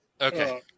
Okay